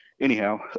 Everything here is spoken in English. anyhow